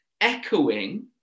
echoing